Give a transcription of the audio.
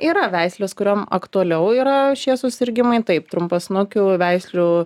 yra veislės kuriom aktualiau yra šie susirgimai taip trumpasnukių veislių